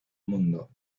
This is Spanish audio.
mundo